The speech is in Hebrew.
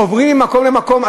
עוברים ממקום למקום.